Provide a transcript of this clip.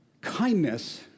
Kindness